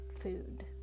food